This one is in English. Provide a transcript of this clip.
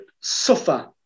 suffer